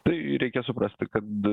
tai reikia suprasti kad